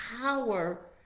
power